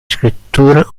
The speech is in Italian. scrittura